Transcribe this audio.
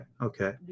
okay